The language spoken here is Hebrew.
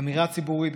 האמירה הציבורית,